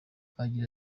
agira